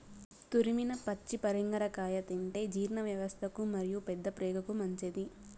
తురిమిన పచ్చి పరింగర కాయ తింటే జీర్ణవ్యవస్థకు మరియు పెద్దప్రేగుకు మంచిది